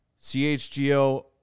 CHGO